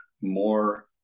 more